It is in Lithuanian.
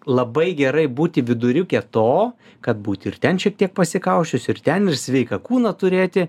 labai gerai būti viduriuke to kad būt ir ten šiek tiek pasikausčius ir ten ir sveiką kūną turėti